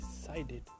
decided